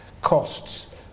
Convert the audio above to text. costs